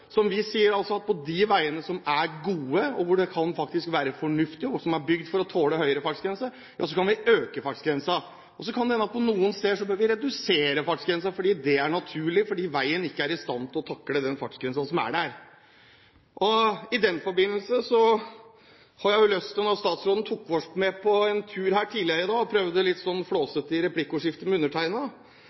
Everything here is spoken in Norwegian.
som vi sier at på de veiene som er gode, og som er bygd for å tåle høyere fartsgrense, kan det være fornuftig å øke fartsgrensen. Så kan det hende at vi på noen steder bør redusere fartsgrensen fordi det er naturlig, fordi veien ikke er i den stand at man takler den fartsgrensen som er der. I den forbindelse har jeg lyst til – når statsråden tok oss med på en tur her tidligere i dag, og prøvde å være litt flåsete i replikkordskiftet med